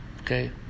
Okay